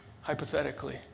hypothetically